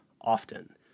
often